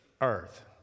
earth